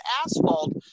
asphalt